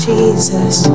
Jesus